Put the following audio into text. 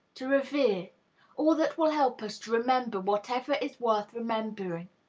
to revere all that will help us to remember whatever is worth remembering.